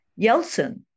Yeltsin